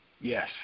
Yes